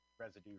residue